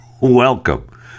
Welcome